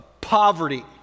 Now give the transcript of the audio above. poverty